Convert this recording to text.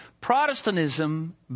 Protestantism